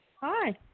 Hi